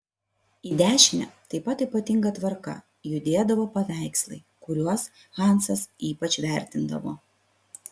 į dešinę taip pat ypatinga tvarka judėdavo paveikslai kuriuos hansas ypač vertindavo